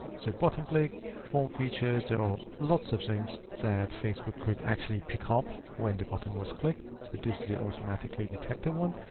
so button click form features there are lots of things that facebook could actually pick ah up when the button was clicked. so this is automatically detected one.